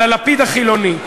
על הלפיד החילוני.